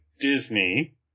Disney